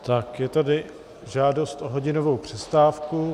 Tak je tady žádost o hodinovou přestávku.